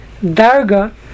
Darga